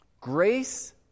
Grace